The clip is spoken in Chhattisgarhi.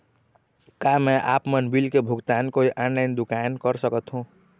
का मैं आपमन बिल के भुगतान कोई ऑनलाइन दुकान कर सकथों?